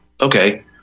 Okay